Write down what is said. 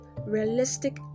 realistic